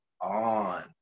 on